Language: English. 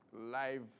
live